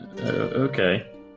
Okay